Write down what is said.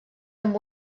amb